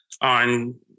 on